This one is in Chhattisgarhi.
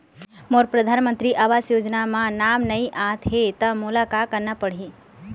मोर परधानमंतरी आवास योजना म नाम नई आत हे त मोला का करना पड़ही?